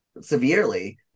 severely